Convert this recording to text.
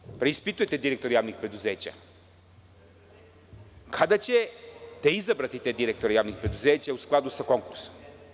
Dok sada preispitujete direktore javnih preduzeća, kada ćete izabrati te direktore javnih preduzeća u skladu sa konkursom?